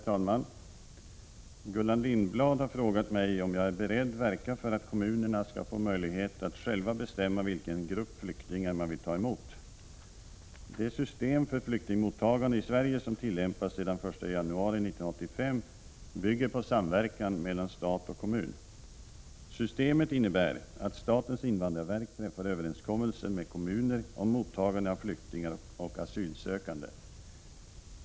Herr talman! Gullan Lindblad har frågat mig om jag är beredd verka för att kommunerna skall få möjlighet att själva bestämma vilken grupp flyktingar man vill ta emot. Det system för flyktingmottagande i Sverige som tillämpas sedan den 1 januari 1985 bygger på samverkan mellan stat och kommun. Systemet innebär att statens invandrarverk träffar överenskommelser med kommuner om mottagande av flyktingar och asylsökande.